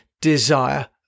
desire